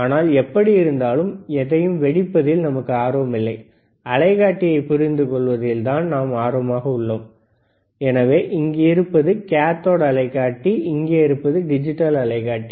ஆனால் எப்படியிருந்தாலும் எதையும் வெடிப்பதில் நமக்கு ஆர்வம் இல்லை அலைக்காட்டியை புரிந்து கொள்வதில் தான் நாம் ஆர்வமாக உள்ளோம் எனவே இங்கே இருப்பது கேத்தோட் அலைக்காட்டி இங்கே இருப்பது டிஜிட்டல் அலைக்காட்டி